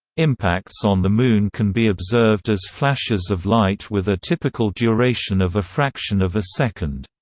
impacts on the moon can be observed as flashes of light with a typical duration of a fraction of a second.